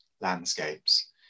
landscapes